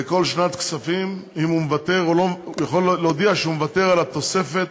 בכל שנת כספים, להודיע שהוא מוותר על תוספת